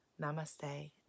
Namaste